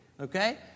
Okay